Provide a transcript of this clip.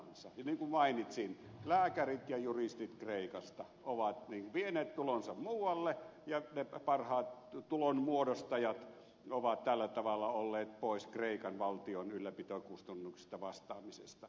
niin kuin mainitsin lääkärit ja juristit kreikasta ovat vieneet tulonsa muualle ja ne parhaat tulonmuodostajat ovat tällä tavalla olleet pois kreikan valtion ylläpitokustannuksista vastaamisesta